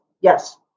yes